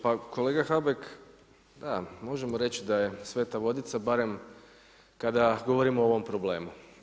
Pa kolega Habek, evo možemo reći da je sveta vodica barem kada govorimo o ovom problemu.